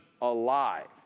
alive